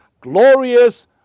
glorious